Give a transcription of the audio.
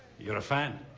you are a fan?